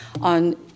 on